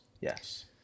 yes